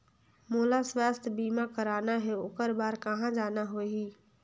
मोला स्वास्थ बीमा कराना हे ओकर बार कहा जाना होही?